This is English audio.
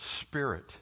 spirit